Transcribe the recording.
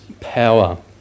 power